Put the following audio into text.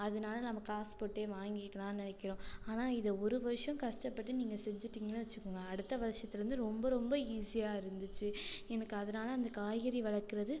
அதனால நம்ம காஸ் போட்டே வாங்கிக்கலான்னு நினைக்கிறோம் ஆனால் இதை ஒரு வருஷம் கஷ்டப்பட்டு நீங்கள் செஞ்சுட்டீங்கன்னு வெச்சுக்கோங்க அடுத்த வருஷத்தில் இருந்து ரொம்ப ரொம்ப ஈஸியாக இருந்துச்சு எனக்கு அதனால அந்த காய்கறி வளர்க்கறது